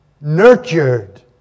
nurtured